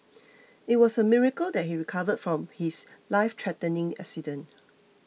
it was a miracle that he recovered from his lifethreatening accident